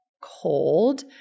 cold